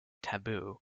taboo